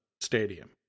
stadium